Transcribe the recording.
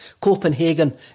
Copenhagen